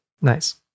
nice